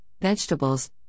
vegetables